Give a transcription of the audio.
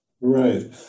Right